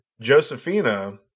Josephina